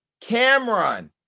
Cameron